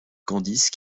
candice